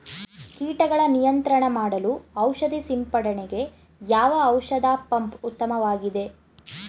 ಕೀಟಗಳ ನಿಯಂತ್ರಣ ಮಾಡಲು ಔಷಧಿ ಸಿಂಪಡಣೆಗೆ ಯಾವ ಔಷಧ ಪಂಪ್ ಉತ್ತಮವಾಗಿದೆ?